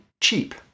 cheap